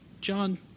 John